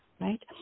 right